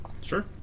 Sure